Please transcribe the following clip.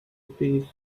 piece